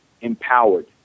Empowered